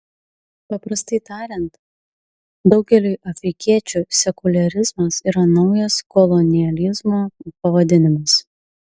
paprastai tariant daugeliui afrikiečių sekuliarizmas yra naujas kolonializmo pavadinimas